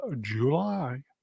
July